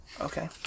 Okay